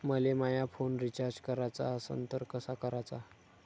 मले माया phone recharge कराचा असन तर कसा कराचा?